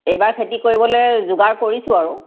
এইবাৰ খেতি কৰিবলৈ যোগাৰ কৰিছোঁ আৰু